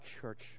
church